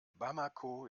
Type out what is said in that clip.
bamako